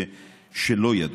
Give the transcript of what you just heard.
שלא ידעו.